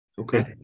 okay